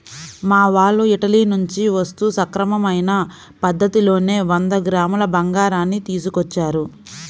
మా వాళ్ళు ఇటలీ నుంచి వస్తూ సక్రమమైన పద్ధతిలోనే వంద గ్రాముల బంగారాన్ని తీసుకొచ్చారు